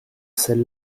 celle